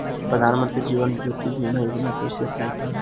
प्रधानमंत्री जीवन ज्योति बीमा योजना कैसे अप्लाई करेम?